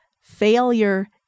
failure